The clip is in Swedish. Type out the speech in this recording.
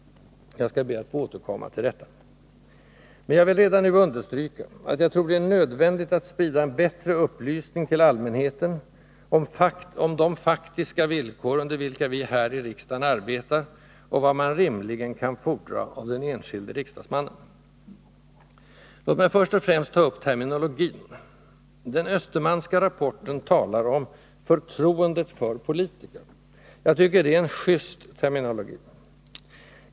Jag skall be att få återkomma till detta. Men jag vil! redan nu understryka att jag tror det är nödvändigt att sprida en bättre upplysning till allmänheten om de faktiska villkor under vilka vi här i riksdagen arbetar och vad man rimligen kan fordra av den enskilde riksdagsmannen. Låt mig först och främst ta upp terminologin. Den Östermanska rapporten talar om ”förtroendet för politiker”. Jag tycker det är en just terminologi.